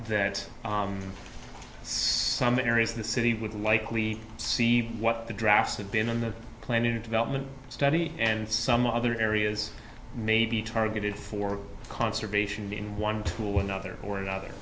that some areas of the city would likely see what the draft had been in the planet development study and some other areas may be targeted for conservation in one tool another or another